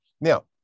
Now